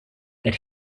that